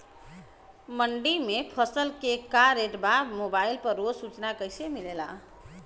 मंडी में फसल के का रेट बा मोबाइल पर रोज सूचना कैसे मिलेला?